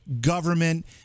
government